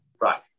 Right